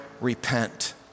repent